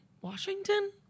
Washington